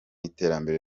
iterambere